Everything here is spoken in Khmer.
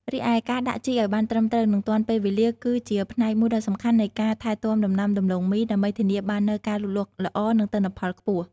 រីឯការដាក់ជីឱ្យបានត្រឹមត្រូវ និងទាន់ពេលវេលា គឺជាផ្នែកមួយដ៏សំខាន់នៃការថែទាំដំណាំដំឡូងមី ដើម្បីធានាបាននូវការលូតលាស់ល្អ និងទិន្នផលខ្ពស់។